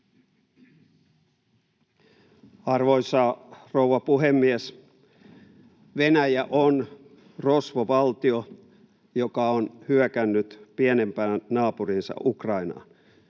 Arvoisa rouva puhemies! Venäjä on rosvovaltio, joka on hyökännyt pienempään naapuriinsa Ukrainaan.